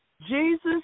Jesus